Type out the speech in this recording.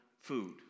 food